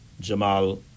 Jamal